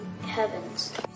heavens